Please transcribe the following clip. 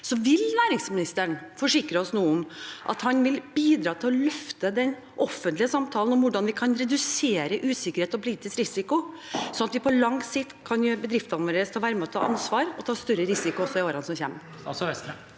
Vil næringsministeren nå forsikre oss om at han vil bidra til å løfte den offentlige samtalen om hvordan vi kan redusere usikkerhet og politisk risiko, slik at vi på lang sikt kan gjøre bedriftene våre i stand til å være med og ta ansvar og ta større risiko i årene som kommer?